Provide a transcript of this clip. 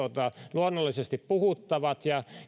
luonnollisesti puhuttavat ja